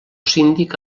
síndic